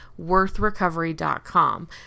WorthRecovery.com